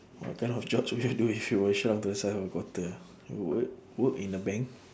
what kind of jobs would you do if you were shrunk to the size of a quarter work work in a bank